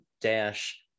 dash